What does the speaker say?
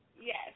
Yes